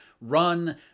run